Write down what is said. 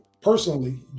personally